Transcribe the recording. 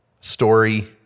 story